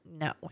no